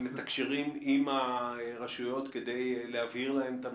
מתקשרים עם הרשויות כדי להבהיר להן את המצב?